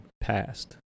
passed